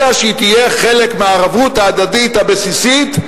אלא שהיא תהיה חלק מהערבות ההדדית הבסיסית,